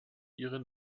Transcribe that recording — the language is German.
ihre